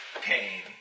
pain